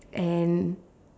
and